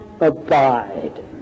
abide